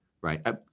Right